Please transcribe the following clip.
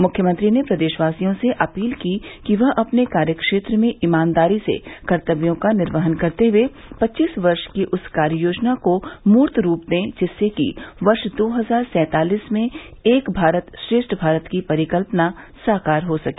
मुख्यमंत्री ने प्रदेशवासियों से अपील की कि वह अपने कार्यक्षेत्र में ईमानदारी से कर्तव्यों का निर्वहन करते हुए पच्चीस वर्ष की उस कार्ययोजना को मूर्त रूप दें जिससे कि वर्ष दो हजार सैतालीस में एक भारत श्रेष्ठ भारत की परिकल्पना साकार हो सके